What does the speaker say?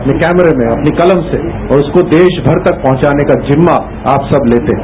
अपने कैमरे में अपनी कलम से और उसको देश भर तक पहुंचाने का जिम्मा आप सब लेते हैं